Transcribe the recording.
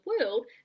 world